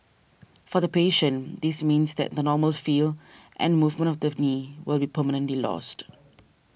for the patient this means that the normal feel and movement of the knee will be permanently lost